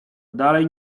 dalej